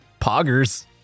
Poggers